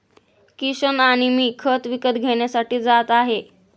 किशन आणि मी खत विकत घेण्यासाठी जात आहे